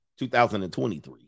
2023